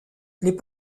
les